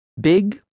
Big